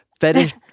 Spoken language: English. fetish